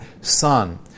son